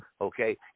okay